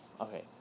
okay